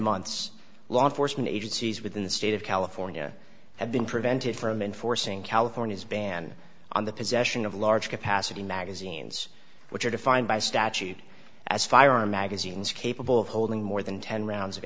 months law enforcement agencies within the state of california have been prevented from enforcing california's ban on the possession of large capacity magazines which are defined by statute as firearm magazines capable of holding more than ten rounds of